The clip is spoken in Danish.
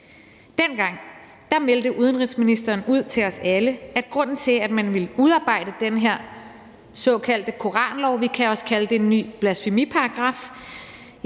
Dengang meldte udenrigsministeren ud til os alle, at grunden til, at man ville udarbejde den her såkaldte koranlov – vi kan også kalde det en ny blasfemiparagraf